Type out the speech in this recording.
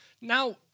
now